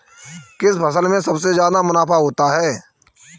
किस फसल में सबसे जादा मुनाफा होता है?